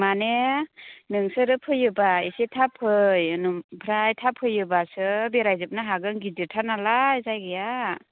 माने नोंसोरो फैयोबा एसे थाब फै ओमफ्राय थाब फैयोबासो बेरायजोबनो हागोन गिदिरथार नालाय जायागाया